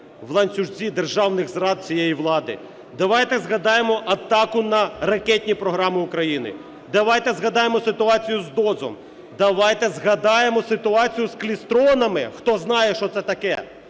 в ланцюжці державних зрад цієї влади. Давайте згадаємо атаку на ракетні програми України. Давайте згадаємо ситуацію з ДОЗом. Давайте згадаємо ситуацію з клістронами, хто знає, що це таке.